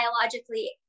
biologically